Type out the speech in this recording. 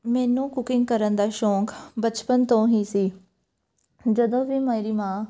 ਮੈਨੂੰ ਕੁਕਿੰਗ ਕਰਨ ਦਾ ਸ਼ੌਂਕ ਬਚਪਨ ਤੋਂ ਹੀ ਸੀ ਜਦੋਂ ਵੀ ਮੇਰੀ ਮਾਂ